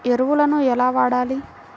ఎరువులను ఎలా వాడాలి?